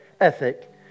ethic